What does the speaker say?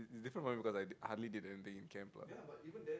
it's different for me because I hardly did anything in camp lah